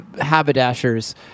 haberdashers